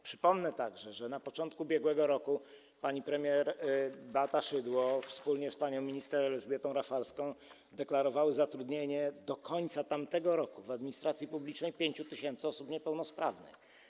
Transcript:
Przypomnę także, że na początku ubiegłego roku pani premier Beata Szydło wspólnie z panią minister Elżbietą Rafalską deklarowały zatrudnienie do końca tamtego roku w administracji publicznej 5 tys. osób niepełnosprawnych.